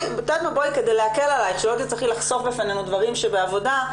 וכדי להקל עליך שלא תצטרכי לחשוף בפנינו דברים שבעבודה,